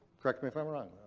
correct me if i'm